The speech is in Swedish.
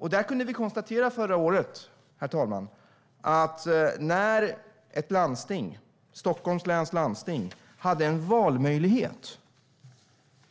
Herr talman! Förra året kunde vi konstatera att Stockholms läns landsting hade en valmöjlighet.